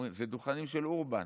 אומרים: זה דוכנים של אורבן,